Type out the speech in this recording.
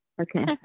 Okay